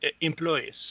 employees